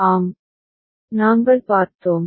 ஆம் நாங்கள் பார்த்தோம்